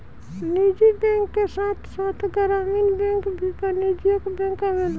निजी बैंक के साथ साथ ग्रामीण बैंक भी वाणिज्यिक बैंक आवेला